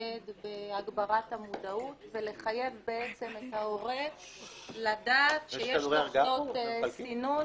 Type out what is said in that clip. להתמקד בהגברת המודעות ולחייב בעצם את ההורה לדעת שיש תוכנות סינון